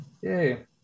Yay